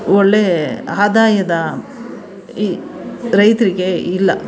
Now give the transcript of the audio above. ಒಳ್ಳೆಯ ಆದಾಯದ ಈ ರೈತರಿಗೆ ಇಲ್ಲ